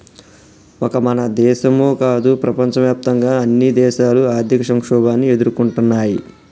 ఒక మన దేశమో కాదు ప్రపంచవ్యాప్తంగా అన్ని దేశాలు ఆర్థిక సంక్షోభాన్ని ఎదుర్కొంటున్నయ్యి